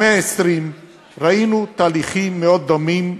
במאה ה-20 ראינו תהליכים מאוד דומים,